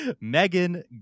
Megan